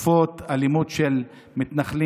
מתקפות אלימות של מתנחלים,